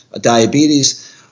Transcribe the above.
diabetes